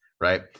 right